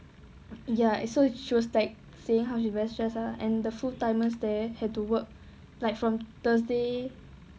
ya it's so she was like saying how she is very stressed ah and the full timers there had to work like from thursday